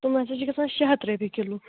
تِم حظ چھِ گژھان شےٚ ہَتھ رۄپیہِ کِلوٗ